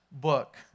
book